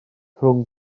rhwng